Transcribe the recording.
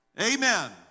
Amen